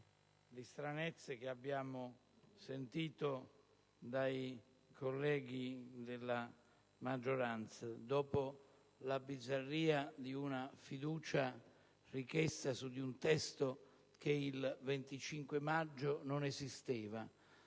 di stranezze che abbiamo sentito dai colleghi della maggioranza, dopo la bizzarria di una fiducia richiesta su un testo che il 25 maggio non esisteva,